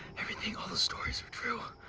everything, all the stories are true.